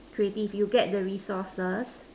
creative you get the resources